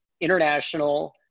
international